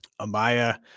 amaya